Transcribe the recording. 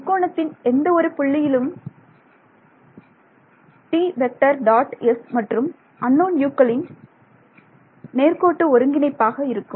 முக்கோணத்தின் எந்த ஒரு புள்ளியிலும் என்பது மற்றும் அன்னோன் U க்களின் நேர்கோட்டு ஒருங்கிணைப்பாக இருக்கும்